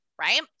right